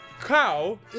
cow